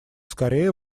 скорее